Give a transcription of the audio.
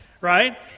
right